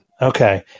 Okay